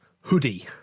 hoodie